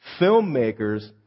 Filmmakers